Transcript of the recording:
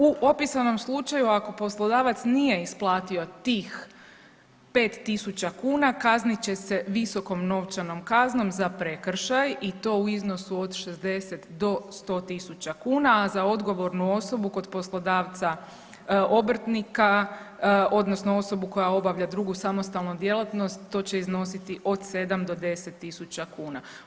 U opisanom slučaju ako poslodavac nije isplatio tih 5.000 kuna kaznit će se visokom novčanom kaznom za prekršaj i to u iznosu od 60 do 100.000 kuna, a za odgovornu osobu kod poslodavca obrtnika odnosno osobu koja obavlja drugu samostalnu djelatnost to će iznositi od 7 do 10.000 kuna.